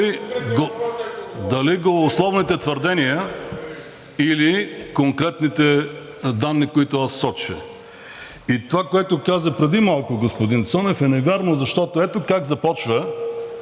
Дали голословните твърдения, или конкретните данни, които аз соча? И това, което каза преди малко господин Цонев, е невярно, защото ето как започва